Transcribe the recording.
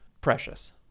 precious